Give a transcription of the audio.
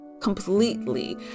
completely